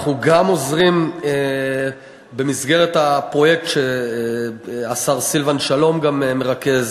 אנחנו גם עוזרים במסגרת הפרויקט שהשר סילבן שלום מרכז,